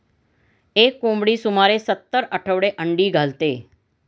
एक कोंबडी सुमारे सत्तर आठवडे अंडी घालते